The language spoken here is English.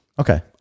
okay